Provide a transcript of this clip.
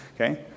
okay